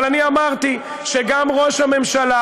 אבל אני אמרתי שגם ראש הממשלה,